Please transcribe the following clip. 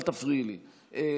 אל תפריעי לי.